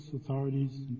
authorities